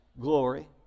glory